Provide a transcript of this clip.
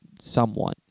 somewhat